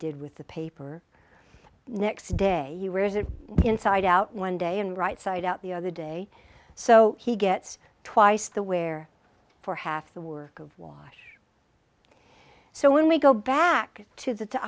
did with the paper next day he wears it inside out one day and right side out the other day so he gets twice the wear for half the work of war so when we go back to the to